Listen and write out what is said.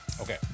Okay